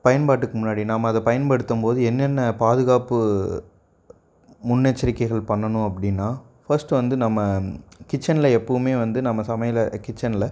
பயன்பாட்டுக்கு முன்னாடி நம்ம அத பயன்படுத்தும்போது என்னென்ன பாதுகாப்பு முன்னெச்சரிக்கைகள் பண்ணணும் அப்படின்னா ஃபஸ்ட் வந்து நம்ம கிச்சனில் எப்போவுமே வந்து நம்ம சமையலை கிச்சனில்